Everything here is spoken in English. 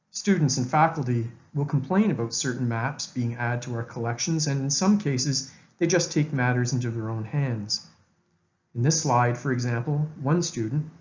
students and faculty will complain about certain maps being added to our collections and in some cases they just take matters into their own hands. in this slide for example one student,